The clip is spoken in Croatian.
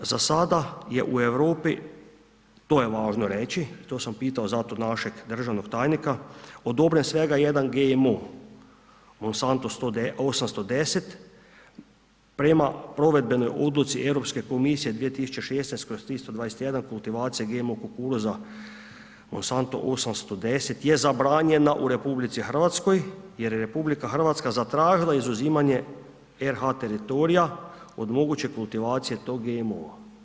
Za sada je u Europi, to je važno reći, to sam pitao zato našeg državnog tajnika, odobren svega 1 GMO, Monsanto 810, prema Provedbenoj odluci EU komisije 2016/321 kultivacija GMO kukuruza Monsanto 810 je zabranjena u RH jer je RH zatražila izuzimanje RH teritorija od moguće kultivacije GMO-a.